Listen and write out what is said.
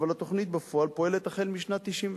אבל התוכנית בפועל פועלת החל משנת 1992,